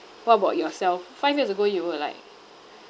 what about yourself five years ago you were like